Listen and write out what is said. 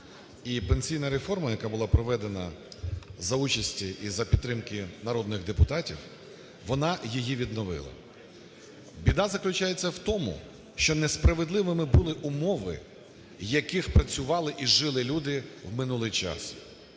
пенсійна реформа, яка була проведена за участі і за підтримки народних депутатів, вона її відновила. Біда заключається в тому, що несправедливими були умови, в яких працювали і жили люди в минулий час.